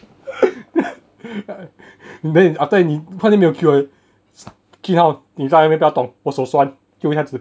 then is after that 你突然没有 queue liao jun hao 你在那边不要动我手酸因为他一直